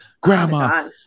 Grandma